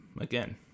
again